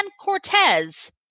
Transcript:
Cortez